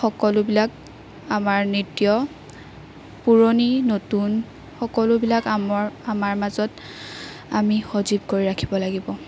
সকলোবিলাক আমাৰ নৃত্য পুৰণি নতুন সকলোবিলাক আমৰ আমাৰ মাজত আমি সজীৱ কৰি ৰাখিব লাগিব